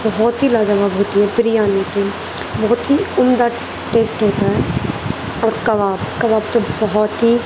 بہت ہی لاجواب ہوتی ہے بریانی تو بہت ہی عمدہ ٹیسٹ ہوتا ہے اور کباب کباب تو بہت ہی